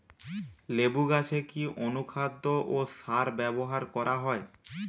লেবু গাছে কি অনুখাদ্য ও সার ব্যবহার করা হয়?